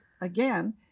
again